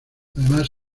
además